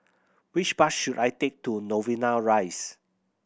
which bus should I take to Novena Rise